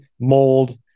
mold